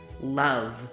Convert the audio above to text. love